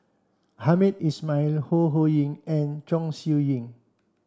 Hamed Ismail Ho Ho Ying and Chong Siew Ying